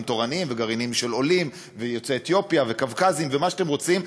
תורניים וגרעינים של עולים ויוצאי אתיופיה וקווקזים ומה שאתם רוצים,